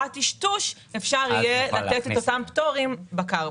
בטשטוש אפשר יהיה לתת את אותם פטורים בקרפול.